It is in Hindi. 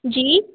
जी